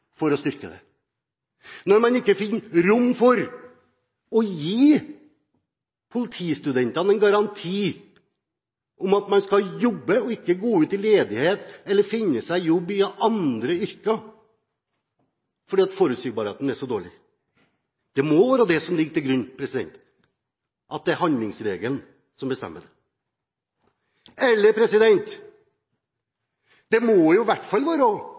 for å styrke det, når man ikke finner rom for å gi politistudentene en garanti om at man skal jobbe og ikke gå ut i ledighet eller finne seg jobb i andre yrker fordi forutsigbarheten er så dårlig. Det må være det som ligger til grunn, at det er handlingsregelen som bestemmer. Det må i hvert fall være